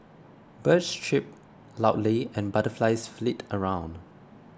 birds chirp loudly and butterflies flit around